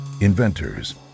inventors